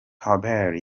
campbell